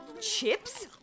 Chips